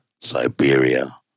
Siberia